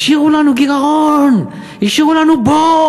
השאירו לנו גירעון, השאירו לנו בור.